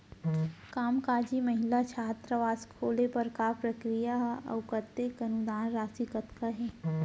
कामकाजी महिला छात्रावास खोले बर का प्रक्रिया ह अऊ कतेक अनुदान राशि कतका हे?